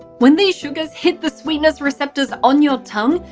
when these sugars hit the sweetness receptors on your tongue,